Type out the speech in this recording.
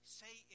say